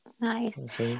Nice